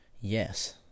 Yes